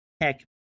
heck